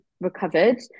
recovered